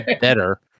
better